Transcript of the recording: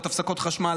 הפסקות חשמל,